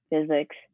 physics